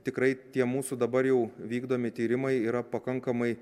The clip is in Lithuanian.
tikrai tie mūsų dabar jau vykdomi tyrimai yra pakankamai